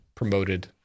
Promoted